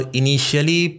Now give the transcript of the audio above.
initially